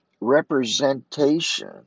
representation